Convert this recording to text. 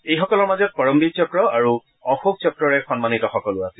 এই সকলৰ মাজত পৰমবীৰ চক্ৰ আৰু অশোক চক্ৰৰে সন্মানিতসকলো আছিল